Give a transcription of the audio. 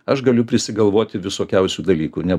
aš galiu prisigalvoti visokiausių dalykų ne